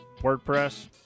WordPress